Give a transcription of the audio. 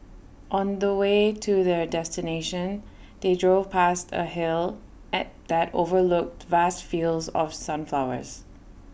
on the way to their destination they drove pasted A hill at that overlooked vast fields of sunflowers